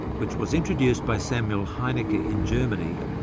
which was introduced by samuel heineke ah in germany,